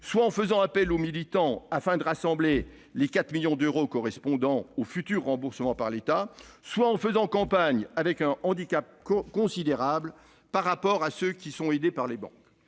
soit en faisant appel aux militants afin de rassembler les 4,37 millions d'euros correspondant au futur remboursement par l'État, soit en faisant campagne avec un handicap considérable par rapport à ceux qui sont aidés par les banques.